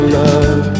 love